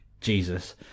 Jesus